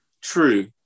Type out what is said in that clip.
True